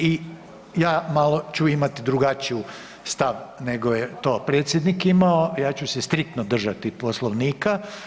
I ja malo ću imati drugačiju stav nego je to predsjednik imao, ja ću se striktno držati Poslovnika.